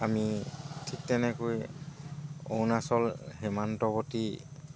আমি ঠিক তেনেকৈ অৰুণাচল সীমান্তৱৰ্তী